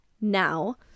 Now